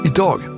Idag